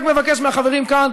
אז אני רק מבקש מהחברים כאן,